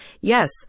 Yes